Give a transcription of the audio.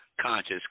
conscious